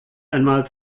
einmal